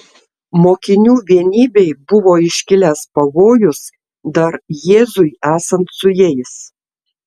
mokinių vienybei buvo iškilęs pavojus dar jėzui esant su jais